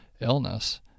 illness